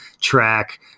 track